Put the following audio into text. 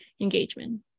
engagement